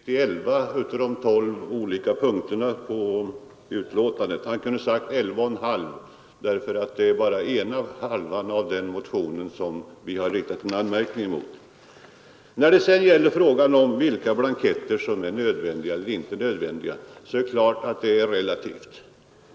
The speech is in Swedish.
Herr talman! Herr Carlstein sade att det råder enighet beträ av de tolv olika punkterna i utlåtandet. Han kunde ha sagt elva och en halv, därför att det är bara mot skrivningen angående ena halvan av ifrågavarande motion som vi har riktat anmärkning. Vad beträffar frågan om vilka blanketter som är nödvändiga eller inte nödvändiga är det klart att detta är relativt.